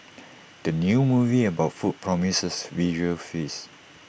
the new movie about food promises visual feast